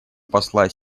посла